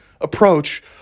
approach